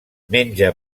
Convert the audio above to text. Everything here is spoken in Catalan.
menja